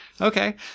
Okay